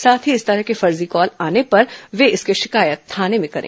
साथ ही इस तरह के फर्जी कॉल आने पर वे इसकी शिकायत थाने में करें